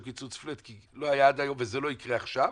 קיצוץ פלאט כי לא היה עד היום וזה לא יקרה עכשיו,